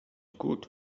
good